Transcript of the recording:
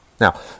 Now